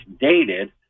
dated